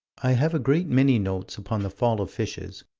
i have a great many notes upon the fall of fishes,